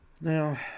now